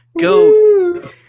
go